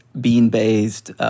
bean-based